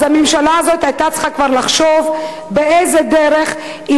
אז הממשלה הזאת היתה צריכה לחשוב באיזו דרך היא